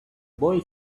boy